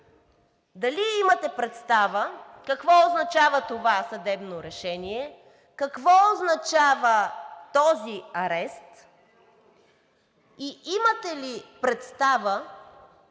дали имате представа какво означава това съдебно решение, какво означава този арест и имате ли представа,